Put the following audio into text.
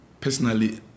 personally